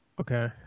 Okay